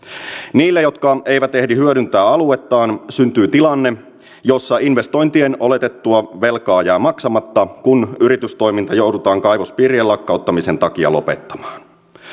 niille jotka eivät ehdi hyödyntää aluettaan syntyy tilanne jossa investointien oletettua velkaa jää maksamatta kun yritystoiminta joudutaan kaivospiirien lakkauttamisen takia lopettamaan